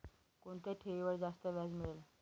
कोणत्या ठेवीवर जास्त व्याज मिळेल?